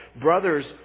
brothers